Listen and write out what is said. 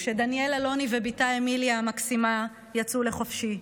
כשדניאל אלוני ובתה אמיליה המקסימה יצאו לחופשי.